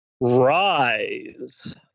Rise